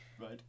Right